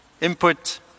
Input